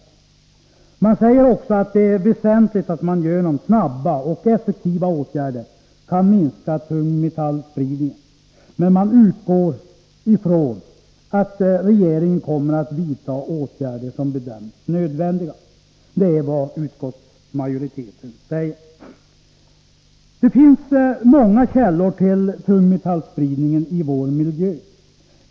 Utskottsmajoriteten säger också att det är väsentligt att man genom snabba och effektiva åtgärder kan minska tungmetallspridningen, men man utgår från att regeringen kommer att vidta åtgärder som bedöms nödvändiga. Det finns många källor till tungmetallspridningen i vår miljö.